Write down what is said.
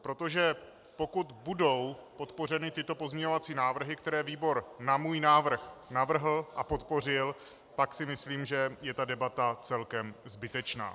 Protože pokud budou podpořeny tyto pozměňovací návrhy, které výbor na můj návrh navrhl a podpořil, pak si myslím, že je debata celkem zbytečná.